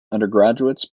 undergraduates